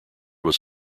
was